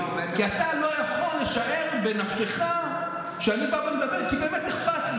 כי אתה לא יכול לשער בנפשך שאני בא ומדבר כי באמת אכפת לי.